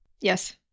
yes